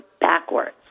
backwards